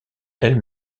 elles